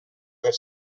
per